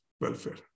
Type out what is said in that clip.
welfare